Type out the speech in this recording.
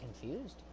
confused